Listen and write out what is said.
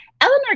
Eleanor